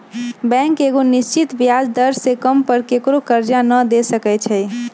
bank एगो निश्चित ब्याज दर से कम पर केकरो करजा न दे सकै छइ